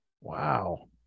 Wow